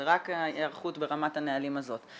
זה רק ההערכות ברמת הנהלים הזאת.